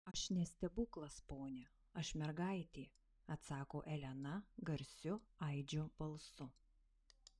aš ne stebuklas pone aš mergaitė atsako elena garsiu aidžiu balsu